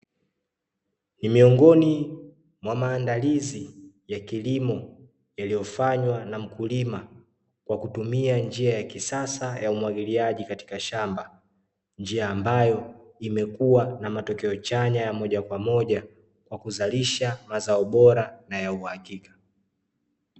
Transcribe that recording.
Ni miongoni mwa maandalizi ya kilimo yaliyofanywa na mkulima, kwa kutumia njia ya kisasa ya umwagiliaji katika shamba. Njia ambayo imekuwa na matokeo chanya ya moja kwa moja, kwa kuzalisha mazao bora na ya uhakika.